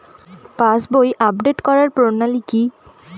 পাসবই update করার প্রণালী কি?